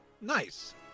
Nice